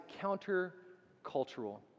counter-cultural